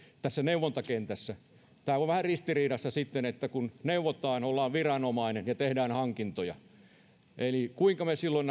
tässä neuvontakentässä tämä on vähän ristiriidassa kun neuvotaan ollaan viranomainen ja tehdään hankintoja kuinka me silloin